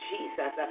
Jesus